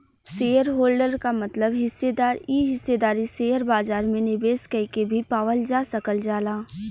shareholder क मतलब हिस्सेदार इ हिस्सेदारी शेयर बाजार में निवेश कइके भी पावल जा सकल जाला